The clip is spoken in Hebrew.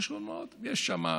פשוט מאוד, יש שם,